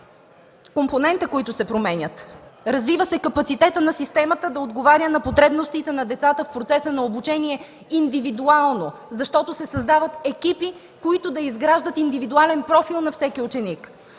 компонента, които се променят. Развива се капацитетът на системата да отговаря на потребностите на децата в процеса на обучение индивидуално, защото се създават екипи, които да изграждат индивидуален профил на всеки ученик.